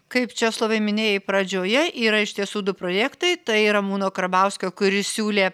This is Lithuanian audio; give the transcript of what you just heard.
kaip česlovai minėjai pradžioje yra iš tiesų du projektai tai ramūno karbauskio kuris siūlė